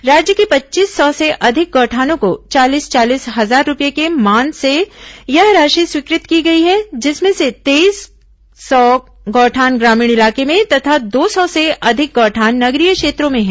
राज्य के पच्चीस सौ से अधिक गौठानों को चालीस चालीस हजार रूपये के मान से यह राशि स्वीकृत की गई है जिसमें से तेईस सौ गौठान ग्रामीण इलाके में तथा दो सौ से अधिक गौठान नगरीय क्षेत्रों में है